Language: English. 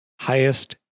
highest